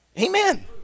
amen